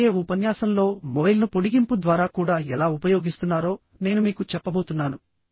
రాబోయే ఉపన్యాసంలో మొబైల్ను పొడిగింపు ద్వారా కూడా ఎలా ఉపయోగిస్తున్నారో నేను మీకు చెప్పబోతున్నాను